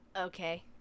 Okay